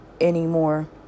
anymore